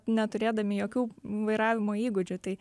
neturėdami jokių vairavimo įgūdžių tai